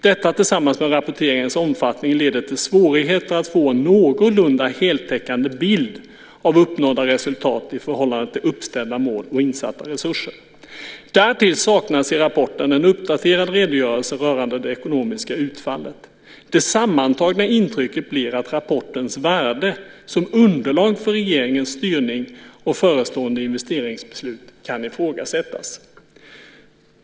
Detta tillsammans med rapporteringens omfattning leder till svårigheter att få en någorlunda heltäckande bild av uppnådda resultat i förhållande till uppställda mål och insatta resurser. Därtill saknas i rapporten en uppdaterad redogörelse rörande det ekonomiska utfallet. Det sammantagna intrycket blir att rapportens värde som underlag för regeringens styrning och förestående investeringsbeslut kan ifrågasättas."